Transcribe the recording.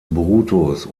brutus